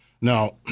Now